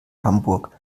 hamburg